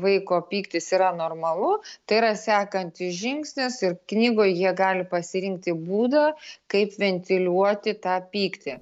vaiko pyktis yra normalu tai yra sekantis žingsnis ir knygoj jie gali pasirinkti būdą kaip ventiliuoti tą pyktį